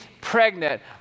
pregnant